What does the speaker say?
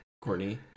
Courtney